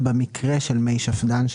במקרה של מי שפד"ן,